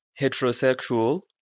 heterosexual